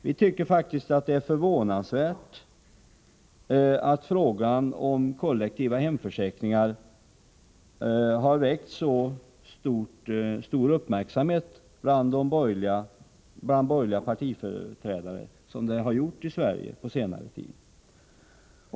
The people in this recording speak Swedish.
Vi tycker faktiskt att det är förvånansvärt att frågan om kollektiva hemförsäkringar under senare tid har väckt så stor uppmärksamhet bland de borgerliga i Sverige.